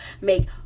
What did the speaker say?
make